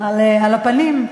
על הפנים.